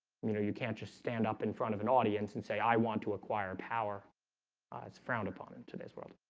you know, you can't just stand up in front of an audience and say i want to acquire power it's frowned upon in today's world.